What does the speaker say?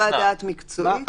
לעשות חוות דעת מקצועית?